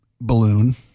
balloon